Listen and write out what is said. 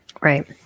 Right